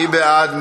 מי בעד?